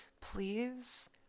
please